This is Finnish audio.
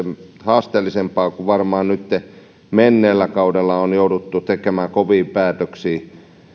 haasteellisempaa kun nytten menneellä kaudella on jouduttu tekemään kovia päätöksiä